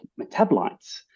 metabolites